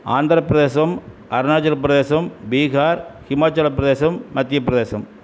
Andhra Pradesh Arunachal Pradesh Bihar Himachal Pradesh Madhya Pradesh